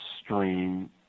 stream